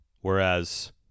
whereas